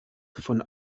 von